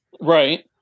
right